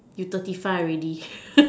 you thirty five already